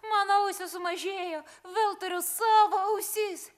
mano ausys sumažėjo vėl turiu savo ausis